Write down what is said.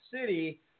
City